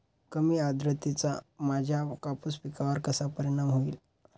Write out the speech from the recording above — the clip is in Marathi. कमी आर्द्रतेचा माझ्या कापूस पिकावर कसा परिणाम होईल?